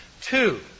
Two